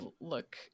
look